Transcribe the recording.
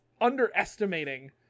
underestimating